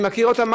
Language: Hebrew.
אני מכירה אותה.